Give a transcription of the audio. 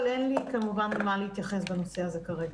אבל אין לי כמובן מה להתייחס בנושא הזה כרגע.